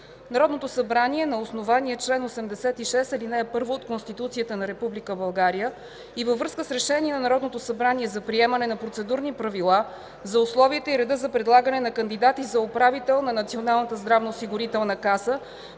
Народното събрание на основание чл. 86, ал. 1 от Конституцията на Република България и във връзка с решение на Народното събрание за приемане на Процедурни правила за условията и реда за предлагане на кандидати за управител на Националната здравноосигурителна каса,